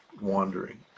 wandering